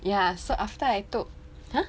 ya so after I told !huh!